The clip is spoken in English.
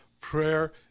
prayer